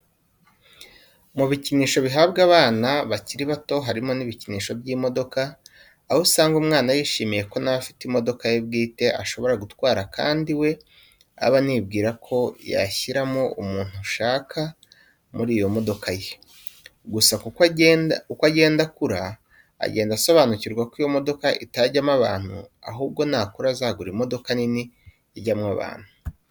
Mu bikinisho bihabwa abana bakiri bato harimo n'ibikisho by'imodoka aho usanga umwana yishimiye ko nawe afite imodoka ye bwite ashobora gutwara kandi we aba anibwira ko yashyiramo umuntu ashaka muri iyo modoka ye. Gusa uko agenda akura agenda asobanukirwa ko iyo modoka itajyamo abantu ahubwo ko nakura azagura imodoka nini ijyamo abantu.